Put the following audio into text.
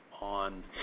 on